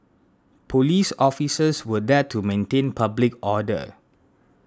police officers were there to maintain public order